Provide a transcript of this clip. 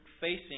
facing